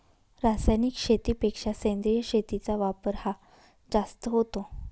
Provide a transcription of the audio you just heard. रासायनिक शेतीपेक्षा सेंद्रिय शेतीचा वापर हा जास्त होतो